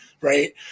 right